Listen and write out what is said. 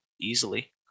easily